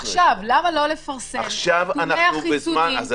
עכשיו, למה לא לפרסם את נתוני החיסונים.